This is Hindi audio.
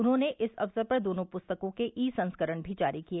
उन्होंने इस अवसर पर दोनों पुस्तकों के ई संस्करण भी जारी किए